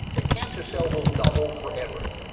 the cancer cell will double forever.